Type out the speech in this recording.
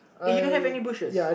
uh you don't have any bushes